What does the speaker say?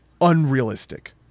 unrealistic